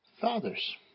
fathers